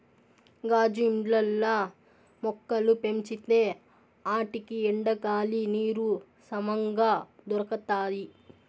గాజు ఇండ్లల్ల మొక్కలు పెంచితే ఆటికి ఎండ, గాలి, నీరు సమంగా దొరకతాయి